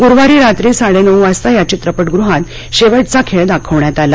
गुरुवारी रात्री साडेनऊ वाजता या चित्रपटगुहात शेवटचा खेळ दाखवण्यात आला